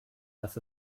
das